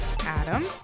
Adam